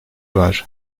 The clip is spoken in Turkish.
var